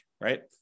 right